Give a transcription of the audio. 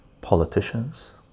politicians